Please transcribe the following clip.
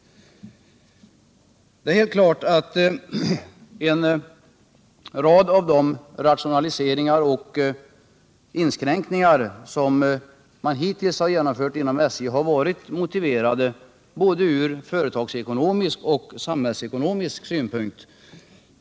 Det är helt klart att en rad av de rationaliseringar och inskränkningar som man hittills genomfört inom SJ har varit motiverade från både företagsekonomisk och samhällsekonomisk synpunkt.